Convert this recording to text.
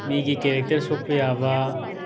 ꯃꯤꯒꯤ ꯀꯦꯔꯦꯛꯇꯔ ꯁꯣꯛꯄ ꯌꯥꯕ